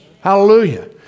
Hallelujah